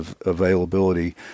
availability